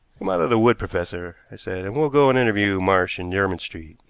come out of the wood, professor, i said, and we'll go and interview marsh in jermyn street.